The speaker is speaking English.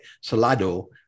Salado